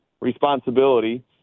responsibility